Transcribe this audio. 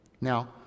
Now